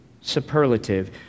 superlative